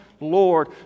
Lord